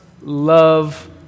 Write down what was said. love